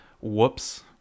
whoops